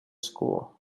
school